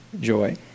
joy